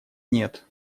нет